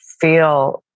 feel